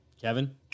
Kevin